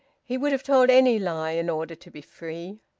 he would have told any lie in order to be free.